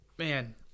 Man